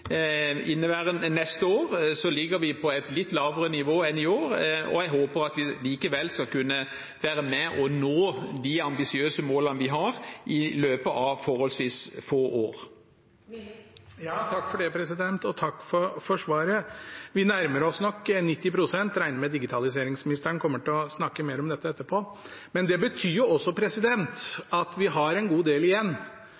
Neste år ligger vi på et litt lavere nivå enn i år. Jeg håper at vi likevel skal kunne være med og nå de ambisiøse målene vi har, i løpet av forholdsvis få år. Takk for svaret. Vi nærmer oss nok 90 pst. Jeg regner med at digitaliseringsministeren kommer til å snakke mer om dette etterpå. Men det betyr jo også